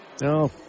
No